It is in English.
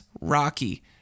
Rocky